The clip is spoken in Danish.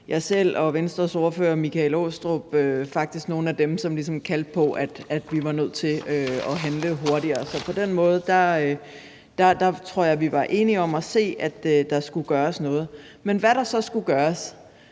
nogle af dem, som ligesom kaldte på, at vi var nødt til at handle hurtigere. Så på den måde tror jeg vi var enige om at se, at der skulle gøres noget. Men hvad der så skulle gøres